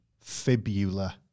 Fibula